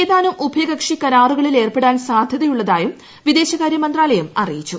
ഏതാനും ഉഭയകക്ഷി കരാറുകളിൽ ഏർപ്പെടാൻ സാധ്യതയുള്ളതായും വിദേശകാര്യമന്ത്രാലയം അറിയിച്ചു